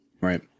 Right